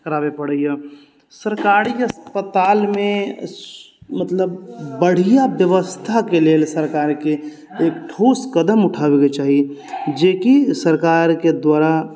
कराबय पड़ैए सरकारी अस्पतालमे मतलब बढ़िआँ व्यवस्थाके लेल सरकारके एक ठोस कदम उठाबयके चाही जेकि सरकारके द्वारा